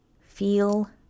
feel